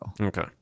Okay